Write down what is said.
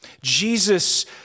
Jesus